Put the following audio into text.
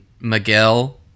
Miguel